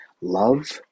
love